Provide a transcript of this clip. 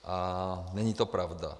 A není to pravda.